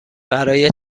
برای